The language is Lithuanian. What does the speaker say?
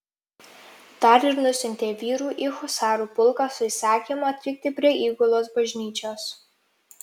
dar ir nusiuntė vyrų į husarų pulką su įsakymu atvykti prie įgulos bažnyčios